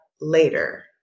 later